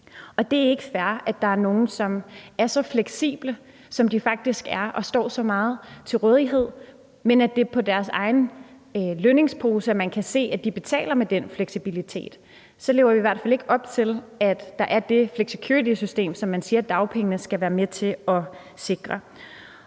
Det er ikke fair, at der er nogle, der er så fleksible, som de faktisk er, og står så meget til rådighed, men at man kan se på deres lønningspose, at de betaler for den fleksibilitet. Så lever vi i hvert fald ikke op til, at der er det flexicuritysystem, som man siger at dagpengene skal være med til at sikre.